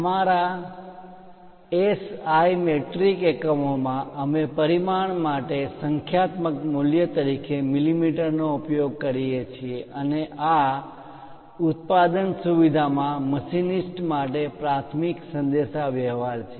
અમારા S I metric એકમોમાં અમે પરિમાણ માટે સંખ્યાત્મક મૂલ્ય તરીકે મીમીનો ઉપયોગ કરીએ છીએ અને આ ઉત્પાદન સુવિધામાં મશિનિસ્ટ્સ માટે પ્રાથમિક સંદેશા વ્યવહાર છે